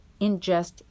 ingest